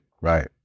right